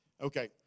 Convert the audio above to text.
Okay